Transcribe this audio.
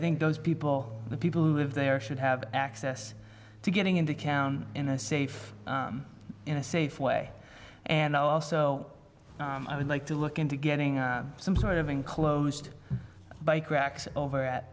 think those people the people who live there should have access to getting indicate in a safe in a safe way and also i would like to look into getting some sort of enclosed bike racks over at